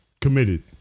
committed